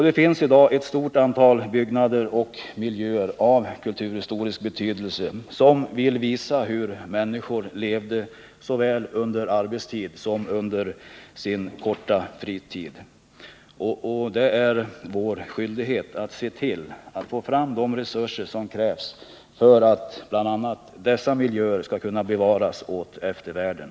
Det finns i dag ett stort antal byggnader och miljöer av kulturhistorisk betydelse som visar hur människor levde såväl under arbetstid som under sin korta fritid. Det är vår skyldighet att se till att få fram de resurser som krävs för att bl.a. dessa miljöer skall kunna bevaras åt eftervärlden.